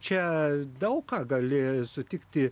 čia daug ką gali sutikti